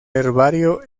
herbario